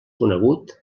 conegut